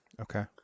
okay